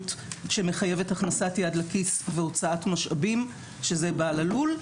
שמחייבת הכנסת יד לכיס והוצאת משאבים שזה בעל הלול,